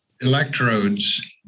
electrodes